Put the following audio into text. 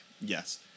Yes